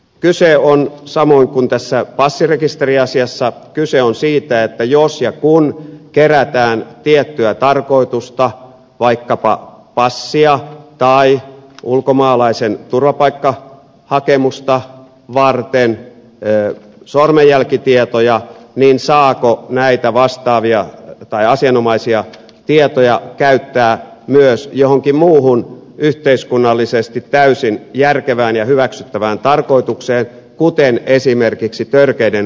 kyse on samoin kuin tässä passirekisteriasiassa siitä että jos ja kun kerätään tiettyä tarkoitusta vaikkapa passia tai ulkomaalaisen turvapaikkahakemusta varten sormenjälkitietoja niin saako näitä asianomaisia tietoja käyttää myös johonkin muuhun yhteiskunnallisesti täysin järkevään ja hyväksyttävään tarkoitukseen kuten esimerkiksi törkeiden rikosten selvittämiseen